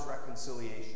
reconciliation